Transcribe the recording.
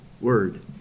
word